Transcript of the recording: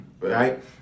right